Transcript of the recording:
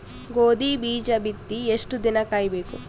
ಗೋಧಿ ಬೀಜ ಬಿತ್ತಿ ಎಷ್ಟು ದಿನ ಕಾಯಿಬೇಕು?